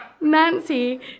Nancy